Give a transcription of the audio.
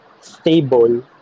stable